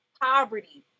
Poverty